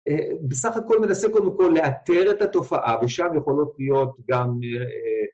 בסך הכל מנסה קודם כל לאתר את התופעה ושם יכולות להיות גם